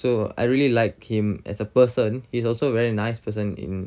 so I really liked him as a person he's also a very nice person in